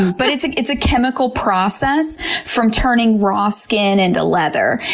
but it's like it's a chemical process from turning raw skin into leather.